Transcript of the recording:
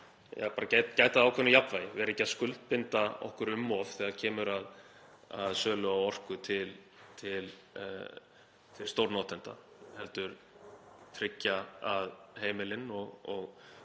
að gæta að ákveðnu jafnvægi, að vera ekki að skuldbinda okkur um of þegar kemur að sölu á orku til stórnotenda, heldur tryggja að heimilin og